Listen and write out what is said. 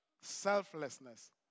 Selflessness